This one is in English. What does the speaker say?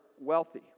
wealthy